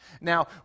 Now